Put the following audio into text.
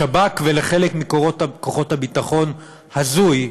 לשב"כ ולחלק מכוחות הביטחון "הזוי",